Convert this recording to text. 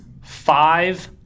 five